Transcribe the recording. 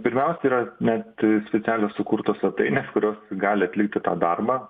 pirmiausia yra net specialios sukurtos svetainės kurios gali atlikti tą darbą